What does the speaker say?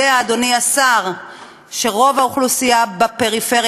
יודע אדוני השר שרוב האוכלוסייה בפריפריה